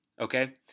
Okay